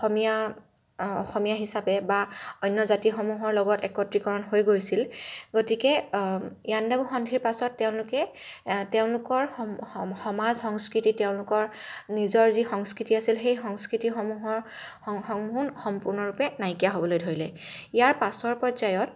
অসমীয়া অসমীয়া হিচাপে বা অন্য জাতিসমূহৰ লগত একত্ৰীকৰণ হৈ গৈছিল গতিকে ইয়াণ্ডাবু সন্ধিৰ পাছত তেওঁলোকে তেওঁলোকৰ সমাজ সংস্কৃতি তেওঁলোকৰ নিজৰ যি সংস্কৃতি আছিল সেই সংস্কৃতিসমূহৰ সম্পূৰ্ণভাৱে নাইকিয়া হব'লৈ ধৰিলে ইয়াৰ পাছৰ পৰ্যায়ত